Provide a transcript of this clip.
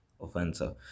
Offensive